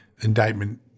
indictment